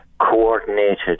coordinated